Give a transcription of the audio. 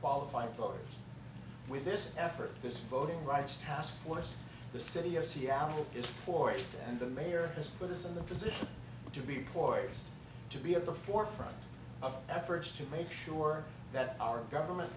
qualified voters with this effort this voting rights task force the city of seattle is for it and the mayor has put this in the position to be poised to be at the forefront of efforts to make sure that our government